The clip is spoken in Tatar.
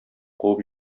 куып